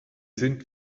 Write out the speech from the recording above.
sind